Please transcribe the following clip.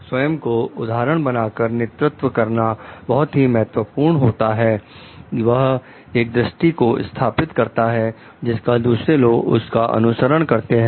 स्वयं को उदाहरण बनाकर नेतृत्व करना बहुत ही महत्वपूर्ण होता है वह एक दृष्टि को स्थापित करता है जिसका दूसरे लोग उसका अनुसरण करते हैं